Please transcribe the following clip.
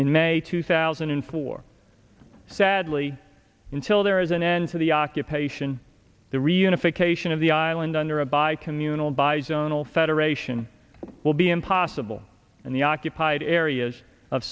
in may two thousand and four sadly until there is an end to the occupation the reunification of the island under a bi communal by zonal federation will be impossible and the occupied areas of